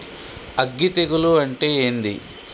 అగ్గి తెగులు అంటే ఏంది?